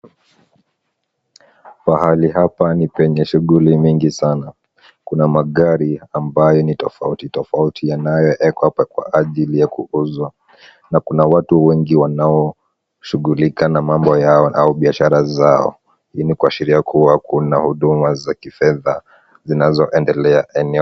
Pahali hapa ni penye shughuli nyingi sana. Kuna magari ambayo ni tofauti tofauti yanayowekwa kwa ajili ya kuuzwa, na kuna watu wengi wanaoshughulika na mambo yao au biashara zao. Hili ni kuashiria kubwa kuna huduma za kifedha zinazoendelea eneo...